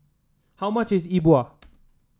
how much is E Bua